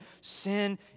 Sin